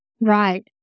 Right